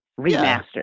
remastered